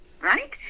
Right